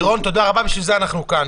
לירון, תודה רבה, בשביל זה אנחנו כאן.